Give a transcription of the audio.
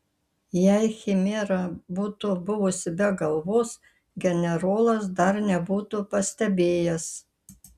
jei chimera būtų buvusi be galvos generolas dar nebūtų pastebėjęs